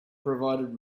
provided